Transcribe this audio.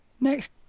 next